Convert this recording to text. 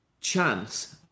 chance